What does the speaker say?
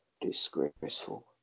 Disgraceful